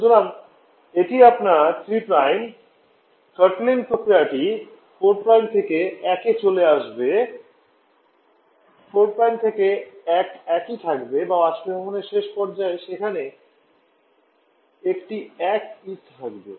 সুতরাং এটি আপনার 3 থ্রোটলিং প্রক্রিয়াটি 4 থেকে 1 এ চলে যাবে 4 থেকে 1 একই থাকবে বা বাষ্পীভবনের শেষ পর্যায়ে সেখানে একটি একই থাকবে